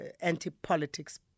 anti-politics